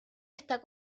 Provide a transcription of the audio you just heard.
está